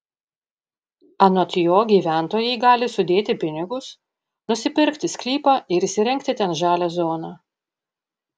anot jo gyventojai gali sudėti pinigus nusipirkti sklypą ir įsirengti ten žalią zoną